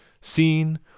seen